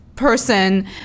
person